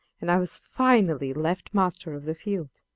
and i was finally left master of the field.